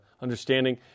understanding